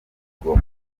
goma